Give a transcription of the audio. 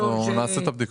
נעשה את הבדיקה.